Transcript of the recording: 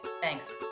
thanks